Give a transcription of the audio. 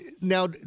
Now